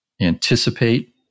anticipate